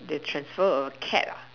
they transfer a cat lah